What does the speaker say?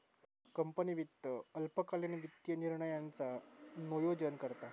company वित्त अल्पकालीन वित्तीय निर्णयांचा नोयोजन करता